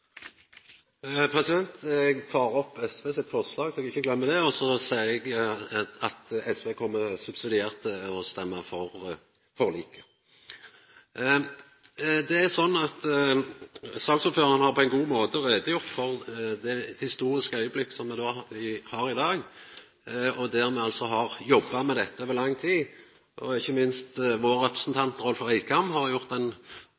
eg ikkje gløymer det, og så seier eg at SV subsidiært kjem til å stemma for forliket. Saksordføraren har gjort greie for det historiske augeblikket me har i dag, på ein god måte, og me har jobba med dette over lang tid. Ikkje minst har vår representant, Rolf Reikvam, gjort ein